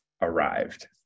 arrived